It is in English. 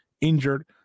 injured